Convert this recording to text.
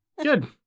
Good